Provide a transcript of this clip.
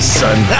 son